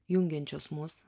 jungiančios mus